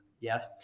Yes